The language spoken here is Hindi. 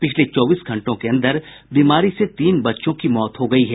पिछले चौबीस घंटों के अंदर बीमारी से तीन बच्चों की मौत हो गयी है